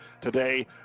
Today